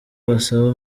basaba